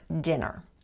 dinner